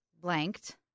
blanked